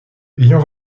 ayant